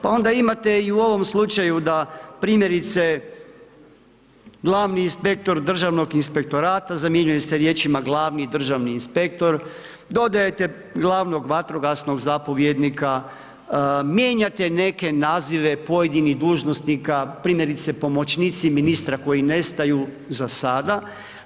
Pa onda imate i u ovom slučaju da primjerice glavni inspektor državnog inspektorata zamjenjuje se riječima glavni državni inspektor, dodajete glavnog vatrogasnog zapovjednika, mijenjate neke nazive pojedinih dužnosnika, primjerice pomoćnici ministra koji nestaju za sata.